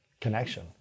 connection